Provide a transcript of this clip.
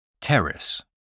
Terrace